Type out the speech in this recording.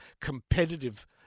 competitive